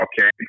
okay